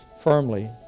firmly